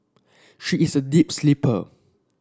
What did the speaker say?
she is a deep sleeper